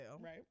Right